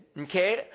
okay